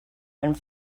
and